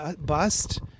bust